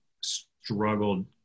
struggled